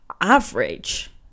average